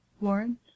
Warren